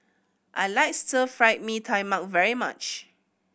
I like Stir Fried Mee Tai Mak very much